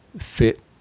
fit